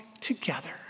together